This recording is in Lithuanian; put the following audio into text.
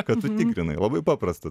kad tu tikrinai labai paprasta